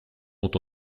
ont